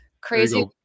crazy